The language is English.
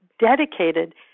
dedicated